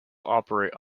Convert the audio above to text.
operate